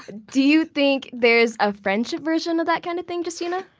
do you think there's a friendship version of that kind of thing, justina?